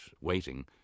waiting